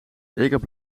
heb